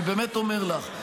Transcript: אני באמת אומר לך,